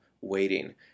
waiting